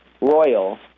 royal